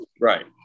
right